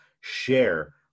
share